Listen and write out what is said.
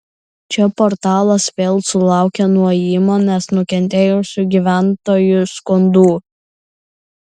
čia portalas vėl sulaukė nuo įmonės nukentėjusių gyventojų skundų